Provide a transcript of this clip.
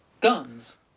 Guns